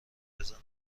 بزنه